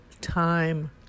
time